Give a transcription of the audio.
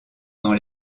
dans